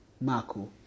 Marco